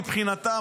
מבחינתם,